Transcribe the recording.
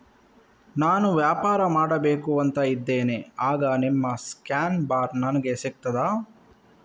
ನಾನು ವ್ಯಾಪಾರ ಮಾಡಬೇಕು ಅಂತ ಇದ್ದೇನೆ, ಆಗ ನಿಮ್ಮ ಸ್ಕ್ಯಾನ್ ಬಾರ್ ನನಗೆ ಸಿಗ್ತದಾ?